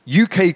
UK